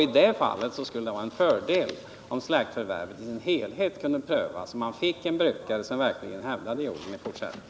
I det fallet skulle det vara en fördel om släktförvärvet i sin helhet kunde prövas, så att man fick en brukare som verkligen hävdade jorden i fortsättningen.